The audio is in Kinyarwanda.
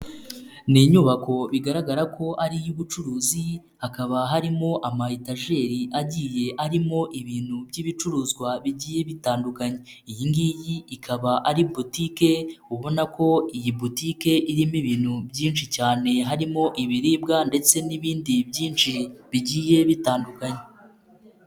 Ni inyubako bigaragara ko ari iy'ubucuruzi hakaba harimo amayetajeri agiye arimo ibintu by'ibicuruzwa bigiye bitandukanye, iyi ngiyi ikaba ari botike ubona ko iyi botike irimo ibintu byinshi cyane harimo ibiribwa ndetse n'ibindi byinshi bigiye bitandukanye.